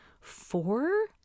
four